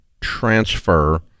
transfer